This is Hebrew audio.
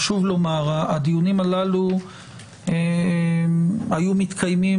חשוב לומר שהדיונים הללו היו מתקיימים